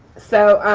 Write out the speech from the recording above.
so